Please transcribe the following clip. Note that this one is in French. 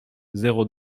zéro